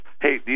hey